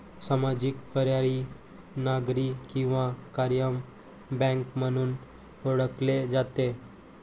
सामाजिक, पर्यायी, नागरी किंवा कायम बँक म्हणून ओळखले जाते